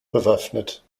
bewaffnet